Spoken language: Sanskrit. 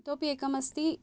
इतोऽपि एकम् अस्ति